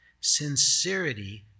Sincerity